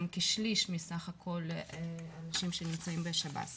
הם כשליש בסך הכל מהאנשים שנמצאים בשב"ס.